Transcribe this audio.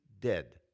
dead